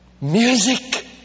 music